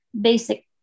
basic